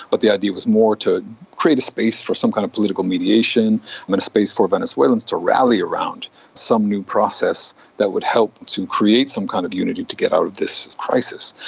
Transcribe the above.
but the idea was more to create a space for some kind of political mediation and but a space for venezuelans to rally around some new process that would help to create some kind of unity to get out of this crisis.